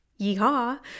Yeehaw